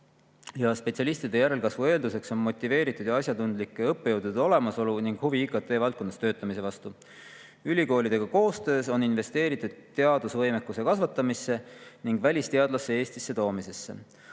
Spetsialistide järelkasvu eeldus on motiveeritud ja asjatundlike õppejõudude olemasolu ning huvi IKT-valdkonnas töötamise vastu. Ülikoolidega koostöös on investeeritud teadusvõimekuse kasvatamisse ning välisteadlaste Eestisse toomisesse.